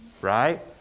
right